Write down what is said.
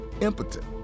impotent